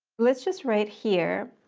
let's just write here.